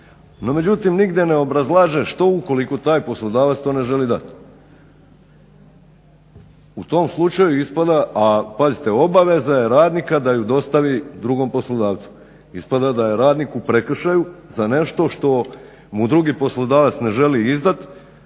No, međutim, nigdje ne obrazlaže što ukoliko taj poslodavac to ne želi dati. U tom slučaju ispada, a pazite, obaveza je radnika da ju dostavi drugom poslodavcu. Ispada da je radnik u prekršaju za nešto što mu drugi poslodavac ne želi izdati